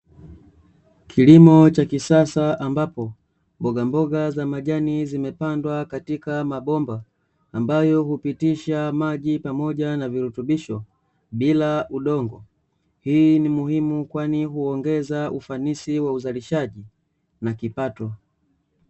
Kilimo cha kisasa ambapo mbogamboga za majani zimepandwa katika mabomba, ambayo hupitisha maji pamoja na virutubisho bila udongo, hii ni muhimu kwani huongeza ufanisi wa uzalishaji na kipato